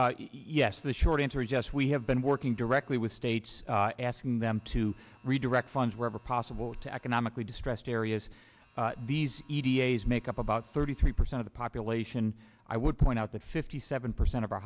yes the short answer is yes we have been working directly with states asking them to redirect funds wherever possible to economically distressed areas these e d a s make up about thirty three percent of the population i would point out that fifty seven percent of our